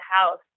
house